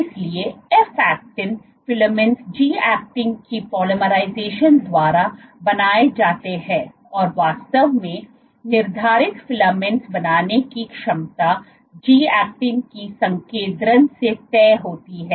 इसलिए F actin filaments G actin के polymerisation द्वारा बनाए जाते हैं और वास्तव में निर्धारित फिलामेंट्स बनाने की क्षमता जी ऐक्टिन की संकेंद्रण से तय होती है